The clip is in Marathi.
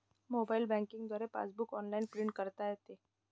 मोबाईल बँकिंग द्वारे पासबुक ऑनलाइन प्रिंट करता येते